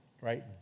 right